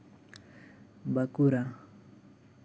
Bankura